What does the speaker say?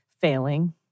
failing